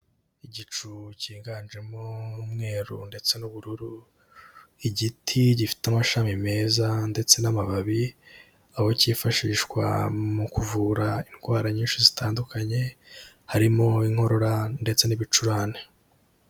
Igicu kiganjemo umweru ndetse n'ubururu, igiti gifite amashami meza ndetse n'amababi aho kifashishwa mu kuvura indwara nyinshi zitandukanye harimo inkorora ndetse n'ibicurane.